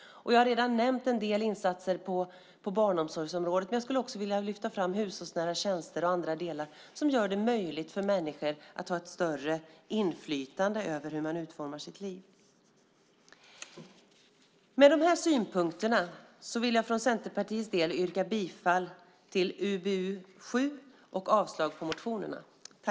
Jag har redan nämnt en del insatser på barnomsorgsområdet, men jag skulle också vilja lyfta fram hushållsnära tjänster och andra delar som gör det möjligt för människor att ha ett större inflytande över hur man utformar sitt liv. Med dessa synpunkter vill jag för Centerpartiets del yrka bifall till förslaget i UbU7 och avslag på motionerna.